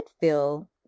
feel